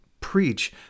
preach